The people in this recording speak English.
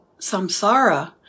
samsara